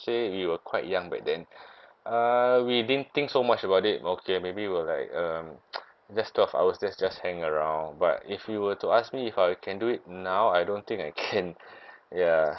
say we were quite young back then uh we didn't think so much about it okay maybe we'll like um just twelve hours let's just hang around but if you were to ask me if I can do it now I don't think I can ya